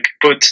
put